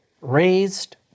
raised